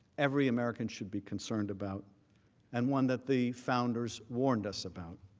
every american should be concerned about and one that the founders warned us about.